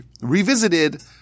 revisited